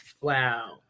Wow